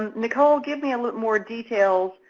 and nicole, give me a little more details.